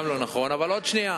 גם זה לא נכון, אבל עוד שנייה.